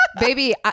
baby